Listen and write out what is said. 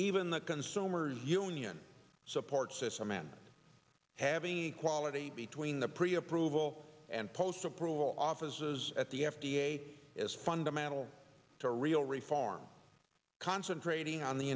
even the consumer union support system and having a quality between the pre approval and post approval offices at the f d a is fundamental to real reform concentrating on the